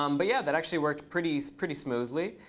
um but yeah, that actually worked pretty pretty smoothly.